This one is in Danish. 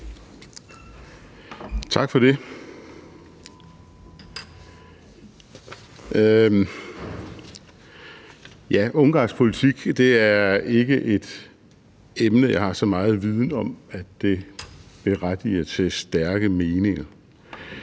Tak for det. Ungarsk politik er ikke et emne, som jeg har så meget viden om, at det berettiger til stærke meninger.